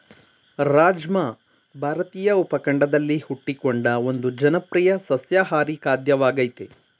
ರಾಜ್ಮಾ ಭಾರತೀಯ ಉಪಖಂಡದಲ್ಲಿ ಹುಟ್ಟಿಕೊಂಡ ಒಂದು ಜನಪ್ರಿಯ ಸಸ್ಯಾಹಾರಿ ಖಾದ್ಯವಾಗಯ್ತೆ